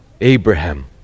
Abraham